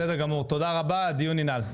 תודה רבה, הישיבה נעולה.